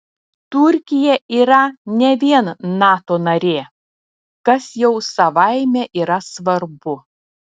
turkija yra ne vien nato narė kas jau savaime yra svarbu